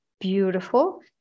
beautiful